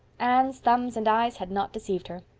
anne's thumbs and eyes had not deceived her.